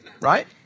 right